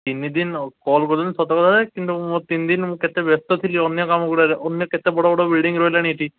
ତିନି ଦିନ କଲ୍ କରୁଛନ୍ତି ସଦାବେଳେ କିନ୍ତୁ ମୁଁ ତିନି ଦିନ ମୁଁ କେତେ ବ୍ୟସ୍ତ ଥିଲି ଅନ୍ୟ କାମ ଗୁଡ଼ାରେ ଅନ୍ୟ କେତେ ବଡ଼ ବଡ଼ ବିଲ୍ଡିଂ ରହିଲାଣି ଏଠି